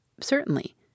Certainly